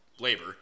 labor